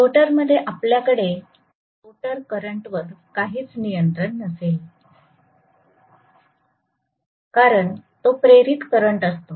रोटरमध्ये आपल्याकडे रोटर करंटवर काहीच नियंत्रण नसेल कारण तो प्रेरित करंट असतो